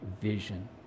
vision